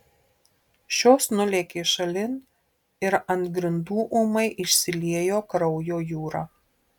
šios nulėkė šalin ir ant grindų ūmai išsiliejo kraujo jūra